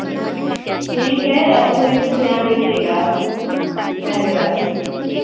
ठीक है अगले वेरे से ध्यान दीजिएगा धन्यवाद